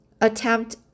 attempt